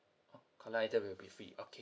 caller I_D will be free okay